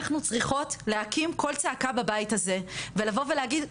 אנחנו צריכות להקים קול צעקה בבית הזה ולבוא ולהגיד,